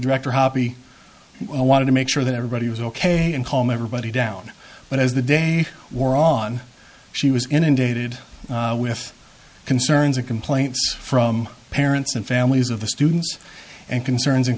director happy wanted to make sure that everybody was ok and calm everybody down but as the day wore on she was inundated with concerns of complaints from parents and families of the students and concerns and